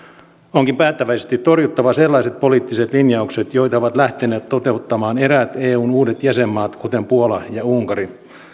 onkin päättäväisesti torjuttava sellaiset poliittiset linjaukset joita ovat lähteneet toteuttamaan eräät eun uudet jäsenmaat kuten puola ja unkari